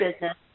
business